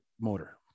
motor